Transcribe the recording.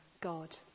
God